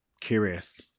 curious